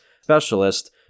specialist